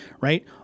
right